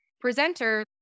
presenter